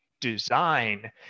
design